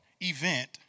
event